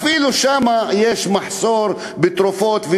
אפילו שם יש מחסור בתרופות.